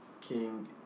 King